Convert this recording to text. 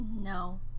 no